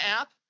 app